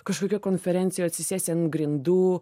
kažkokia konferencija atsisėsi ant grindų